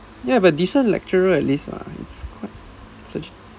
ya have a decent lecturer at least lah it's quite such